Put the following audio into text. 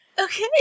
Okay